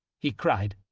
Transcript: he cried.